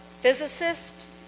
physicist